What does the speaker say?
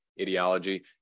ideology